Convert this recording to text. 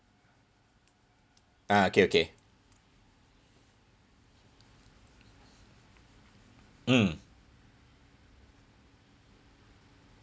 ah okay okay mm